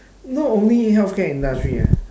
not only healthcare industry ah